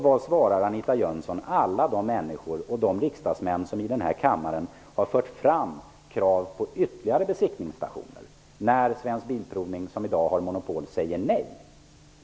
Vad svarar Anita Jönsson alla de människor och de riksdagsmän i denna kammare som har fört fram krav på flera besiktningsstationer, när Svensk Bilprovning, som i dag har monopol, säger nej?